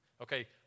Okay